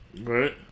Right